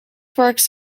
works